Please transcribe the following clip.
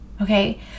okay